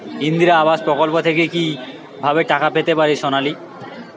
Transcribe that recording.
ইন্দিরা আবাস প্রকল্প থেকে কি ভাবে টাকা পেতে পারি?